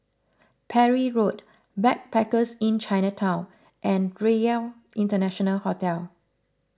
Parry Road Backpackers Inn Chinatown and Relc International Hotel